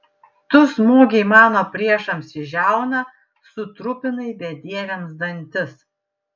tu smogei mano priešams į žiauną sutrupinai bedieviams dantis